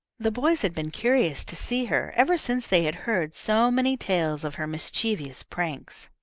the boys had been curious to see her, ever since they had heard so many tales of her mischievous pranks.